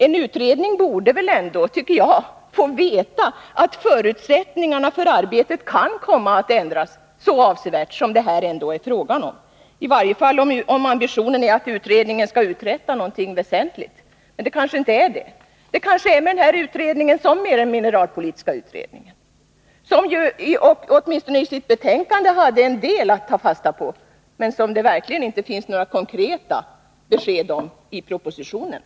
En utredning borde väl ändå, tycker jag, få veta att förutsättningarna för arbetet kan komma att ändras så avsevärt som det här är fråga om — i varje fall om ambitionen är att utredningen skall uträtta något väsentligt. Men det kanske inte är det. Det kanske är med den här utredningen som med den mineralpolitiska utredningen. Den utredningen hade ju åtminstone i sitt betänkande en del som man kan ta fasta på, men i propositionen finns det verkligen inga konkreta besked.